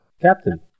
Captain